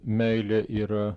meilė yra